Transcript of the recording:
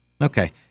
Okay